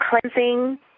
cleansing